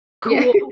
cool